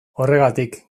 horregatik